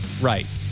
Right